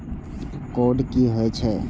Code की होय छै?